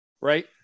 Right